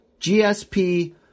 GSP